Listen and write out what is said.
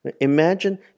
Imagine